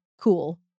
cool